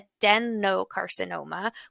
adenocarcinoma